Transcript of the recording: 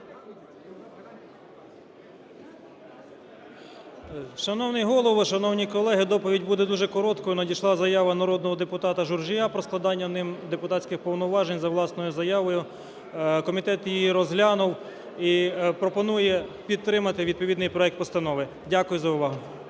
Шановний Голово, шановні колеги! Доповідь буде дуже короткою, надійшла заява народного депутата Журжія про складання ним депутатських повноважень за власною заявою, комітет її розглянув і пропонує підтримати відповідний проект постанови. Дякую за увагу.